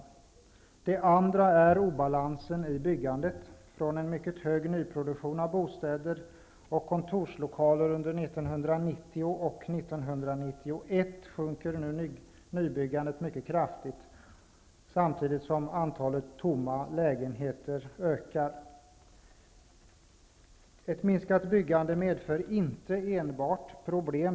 För det andra har vi en obalans i byggandet. Från en mycket hög nyproduktion av bostäder och kontorslokaler under 1990 och 1991 sjunker nu nybyggandet mycket kraftigt, samtidigt som antalet tomma lägenheter ökar. Ett minskat byggande medför inte enbart problem.